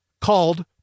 called